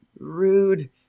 rude